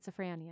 schizophrenia